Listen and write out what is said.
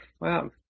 Wow